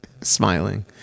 Smiling